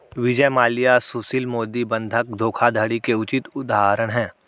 विजय माल्या सुशील मोदी बंधक धोखाधड़ी के उचित उदाहरण है